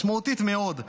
משמעותית מאוד,